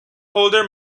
holder